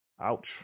Ouch